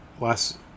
last